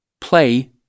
Play